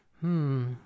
Hmm